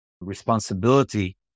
responsibility